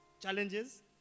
challenges